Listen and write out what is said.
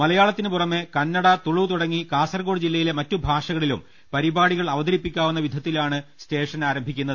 മലയാളത്തിനു പുറമേ കന്നട തുളു തുടങ്ങി കാസർക്കോട് ജില്ലയിലെ മറ്റു ഭാഷകളിലും പരിപാടികൾ അവതരിപ്പിക്കാവുന്ന വിധത്തിലാണ് സ്റ്റേഷൻ ആരംഭിക്കുന്നത്